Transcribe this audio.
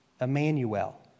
Emmanuel